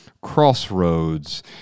Crossroads